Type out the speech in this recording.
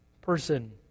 person